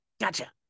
gotcha